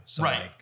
Right